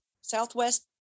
Southwest